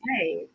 right